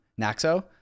Naxo